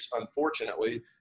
unfortunately